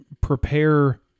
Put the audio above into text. prepare